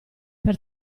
per